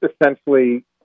essentially